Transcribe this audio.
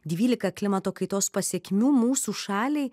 dvylika klimato kaitos pasekmių mūsų šaliai